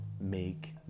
make